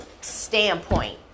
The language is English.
standpoint